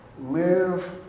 live